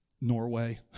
Norway